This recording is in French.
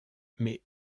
mais